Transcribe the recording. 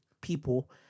people